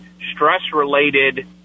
stress-related